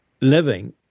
living